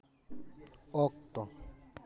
ᱚᱠᱛᱚ